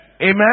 Amen